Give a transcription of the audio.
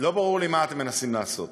לא ברור לי מה אתם מנסים לעשות.